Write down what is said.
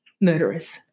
murderers